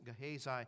Gehazi